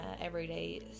everyday